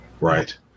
Right